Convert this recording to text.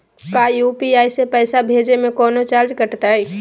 का यू.पी.आई से पैसा भेजे में कौनो चार्ज कटतई?